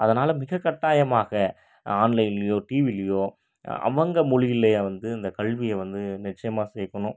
அதனால் மிக கட்டாயமாக ஆன்லைன்லையோ டிவிலியோ அவங்க மொழியிலயே வந்து இந்த கல்வியை வந்து நிச்சயமாக சேர்க்கணும்